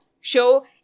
show